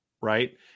right